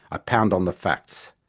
i pound on the facts.